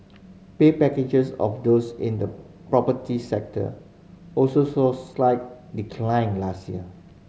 pay packages of those in the property sector also saw a slight decline last year